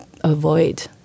avoid